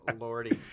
Lordy